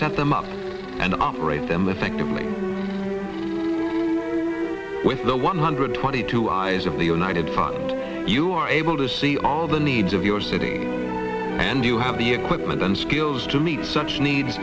set them up and operate them affected me with the one hundred twenty two eyes of the united front you are able to see all the needs of your city and you have the equipment and skills to meet such needs